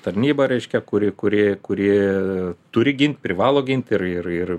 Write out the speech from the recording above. tarnyba reiškia kuri kuri kuri turi gint privalo gint ir ir ir